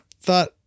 thought